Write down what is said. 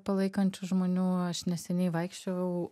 palaikančių žmonių aš neseniai vaikščiojau